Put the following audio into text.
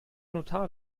notar